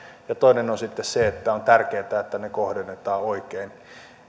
ja toinen on sitten se että on tärkeätä että ne kohdennetaan oikein